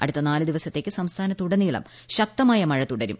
അടുത്ത നാല് ദിവസത്തേക്ക് സംസ്ഥാനത്ത് ഉടനീളം ശക്തമായ മഴ തുടരും